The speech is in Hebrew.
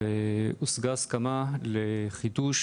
הושגה הסכמה לחידוש,